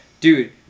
dude